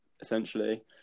essentially